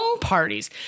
parties